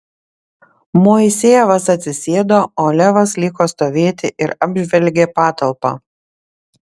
moisejevas atsisėdo o levas liko stovėti ir apžvelgė patalpą